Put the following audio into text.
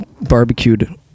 Barbecued